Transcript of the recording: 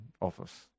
office